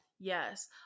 yes